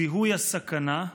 זיהוי הסכנה,